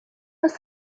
has